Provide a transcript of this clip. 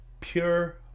pure